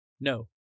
no